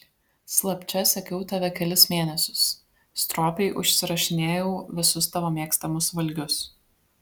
slapčia sekiau tave kelis mėnesius stropiai užsirašinėjau visus tavo mėgstamus valgius